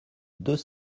deux